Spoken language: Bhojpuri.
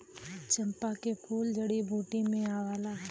चंपा क फूल जड़ी बूटी में आवला